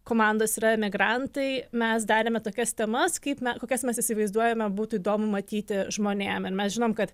komandos yra emigrantai mes darėme tokias temas kaip kokias mes įsivaizduojame būtų įdomu matyti žmonėm ir mes žinom kad